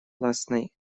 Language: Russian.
властной